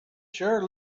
sure